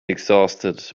exhausted